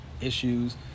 issues